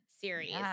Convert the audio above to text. series